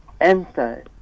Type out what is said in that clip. Enter